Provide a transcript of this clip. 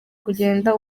kugenda